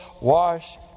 wash